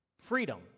Freedom